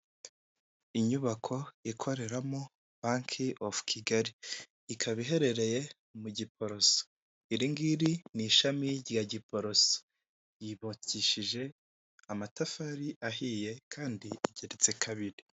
Inyubako ikoreramo bank of Kigali, ikaba iherereye mu Giporoso, iri ngiri ni ishami rya Giporoso yubakishije amatafari ahiye kandi igeretse kabiri.